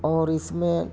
اور اس میں